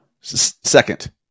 Second